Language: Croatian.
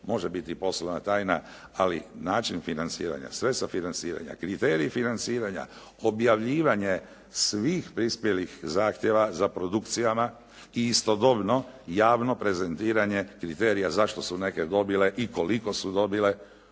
može biti poslovna tajna, ali način financiranja, sredstva financiranja, kriterij financiranja, objavljivanje svih prispjelih zahtjeva za produkcijama i istodobno javno prezentiranje kriterija zašto su neke dobile i koliko su dobile,